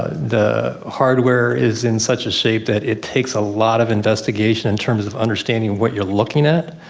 the hardware is in such a shape that it takes a lot of investigation in terms of understanding what you're looking at.